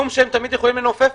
היום סעיף 64 לחוק הכנסת,